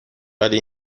ولی